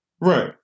Right